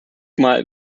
mal